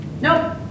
Nope